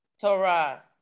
Torah